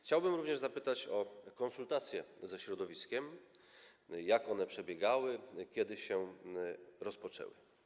Chciałbym również zapytać o konsultacje ze środowiskiem, jak one przebiegały, kiedy się rozpoczęły.